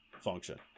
function